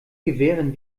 gewähren